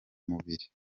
mubiri